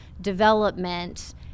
development